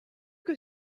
que